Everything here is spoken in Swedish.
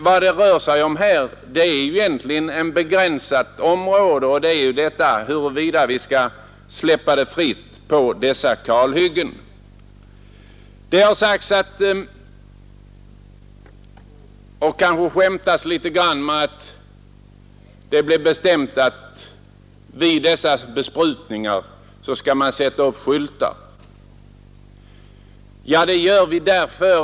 Vad det rör sig om är egentligen ett begränsat område, nämligen huruvida vi skall släppa besprutningen fri på kalhyggena. Det har sagts och kanske skämtats en aning med att det blev bestämt att man skall sätta upp skyltar vid dessa besprutningar.